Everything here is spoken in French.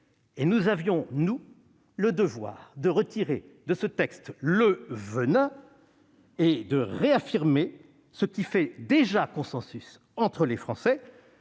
Nous avions, nous, le devoir de retirer le venin de ce texte et de réaffirmer ce qui fait déjà consensus entre les Français.